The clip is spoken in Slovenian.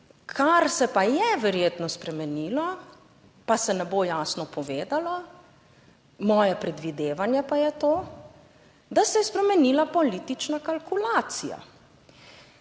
Kar se pa je verjetno spremenilo, pa se ne bo jasno povedalo, moje predvidevanje pa je to, da se je spremenila politična kalkulacija.